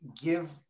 give